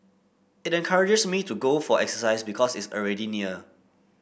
it encourages me to go for exercise because it's already near